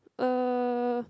uh